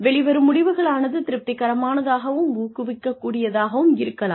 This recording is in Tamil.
வெளிவரும் முடிவுகளானது திருப்திகரமானதாகவும் ஊக்குவிக்கக்கூடியதாகவும் இருக்கலாம்